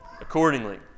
accordingly